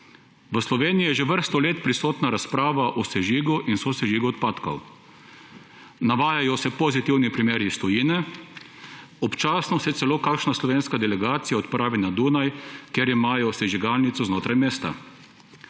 V Slovenije je že vrsto let prisotna razprava o sežigu in sosežigu odpadkov. Navajajo se pozitivni primeri iz tujine, občasno se celo kakšna slovenska delegacija odpravi na Dunaj, kjer imajo sežigalnico znotraj mesta,